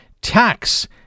tax